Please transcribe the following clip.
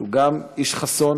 שגם הוא איש חסון.